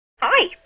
Hi